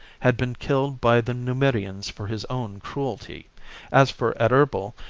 had been killed by the numidians for his own cruelty as for adherbal,